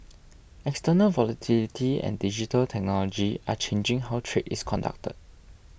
external volatility and digital technology are changing how trade is conducted